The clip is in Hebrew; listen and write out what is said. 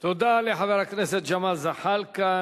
תודה לחבר הכנסת ג'מאל זחאלקה.